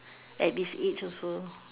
at this age also